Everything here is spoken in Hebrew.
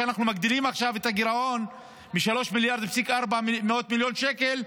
כשאנחנו מגדילים עכשיו את הגירעון ב-3.4 מיליארד שקל,